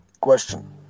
question